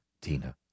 Tina